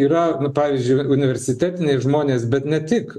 yra pavyzdžiui universitetiniai žmonės bet ne tik